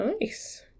Nice